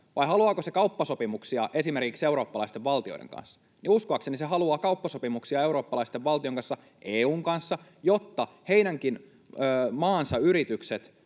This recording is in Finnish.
vai haluaako se kauppasopimuksia esimerkiksi eurooppalaisten valtioiden kanssa? Uskoakseni se haluaa kauppasopimuksia eurooppalaisten valtioiden kanssa, EU:n kanssa, jotta heidänkin maansa yritykset